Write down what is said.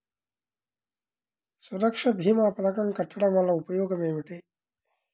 సురక్ష భీమా పథకం కట్టడం వలన ఉపయోగం ఏమిటి?